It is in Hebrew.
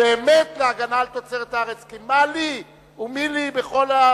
באמת להגנה על תוצרת הארץ, כי מה לי ומי לי בכל,